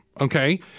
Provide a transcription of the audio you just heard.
Okay